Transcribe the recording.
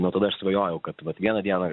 metu dar svajoju kad vieną dieną